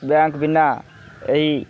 bank ବିନା ଏହି